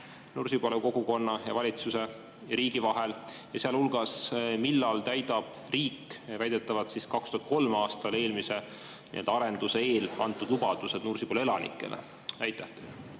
Nursipalu kogukonna ja valitsuse ja riigi vahel? Ja sealhulgas, millal täidab riik väidetavalt 2003. aastal eelmise arenduse eel antud lubadused Nursipalu elanikele? Hea